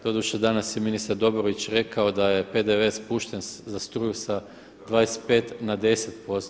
Doduše danas je ministar Dobrović rekao da je PDV spušten za struju sa 25 na 10%